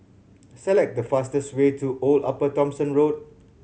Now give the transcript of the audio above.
select the fastest way to Old Upper Thomson Road